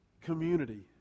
community